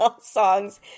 songs